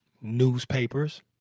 newspapers